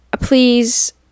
please